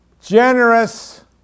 generous